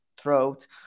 throat